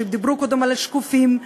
שדיברו קודם על השקופים,